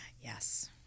yes